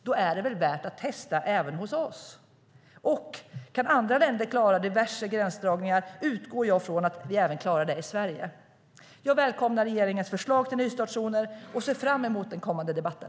Då är det väl värt att testa även hos oss. Kan andra länder klara diverse gränsdragningar utgår jag från att vi även klarar det i Sverige. Jag välkomnar regeringens förslag till nystartszoner och ser fram mot den kommande debatten.